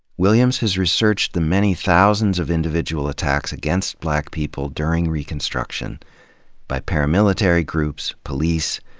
williams has researched the many thousands of individual attacks against black people during reconstruction by paramilitary groups, police,